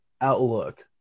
outlook